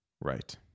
right